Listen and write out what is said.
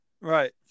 right